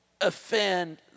offend